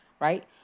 right